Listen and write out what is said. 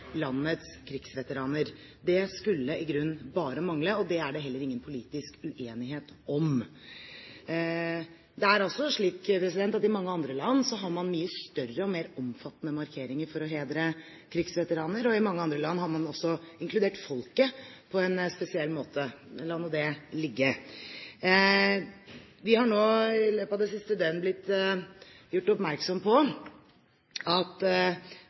landets krigsveteraner. Det skulle i grunnen bare mangle, og det er det heller ingen politisk uenighet om. Det er slik at i mange andre land har man mye større og omfattende markeringer for å hedre krigsveteraner, og i mange andre land har man også inkludert folket på en spesiell måte. La nå det ligge. Vi har i løpet av det siste døgnet blitt gjort oppmerksom på at